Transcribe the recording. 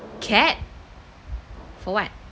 cat for what